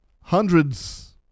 hundreds